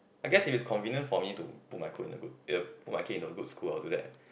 I guess if it's convenient for me to put my in a good put my kid into a good school I would do that